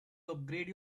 upgrade